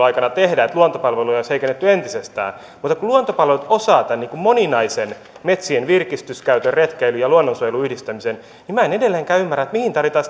aikana tehdä että luontopalveluja olisi heikennetty entisestään mutta kun luontopalvelut osaa tämän moninaisen metsien virkistyskäytön retkeilyn ja luonnonsuojelun yhdistämisen niin minä en edelleenkään ymmärrä mihin tarvitaan